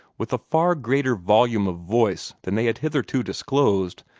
with a far greater volume of voice than they had hitherto disclosed,